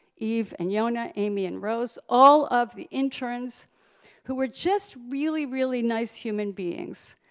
eve and yona, amy and rose, all of the interns who were just really, really nice human beings.